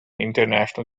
international